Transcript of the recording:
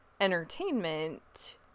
entertainment